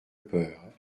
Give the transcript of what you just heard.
peur